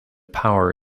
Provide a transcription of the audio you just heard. power